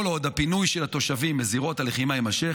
כל עוד הפינוי של התושבים מזירות הלחימה יימשך,